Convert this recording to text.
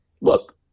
look